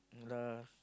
[alah]